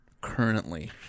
currently